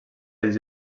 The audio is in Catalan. els